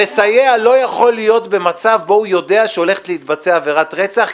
המסייע לא יכול להיות במצב שבו הוא יודע שהולכת להתבצע עבירת רצח,